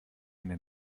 eine